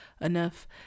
enough